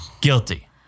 guilty